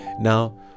Now